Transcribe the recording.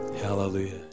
Hallelujah